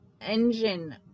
engine